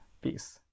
Peace